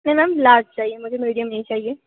नहीं ma'am large चाहिए मुझे मीडियम नहीं चाहिए